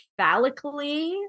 phallically